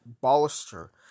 bolster